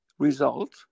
result